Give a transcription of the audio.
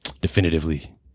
definitively